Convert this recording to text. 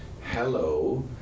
hello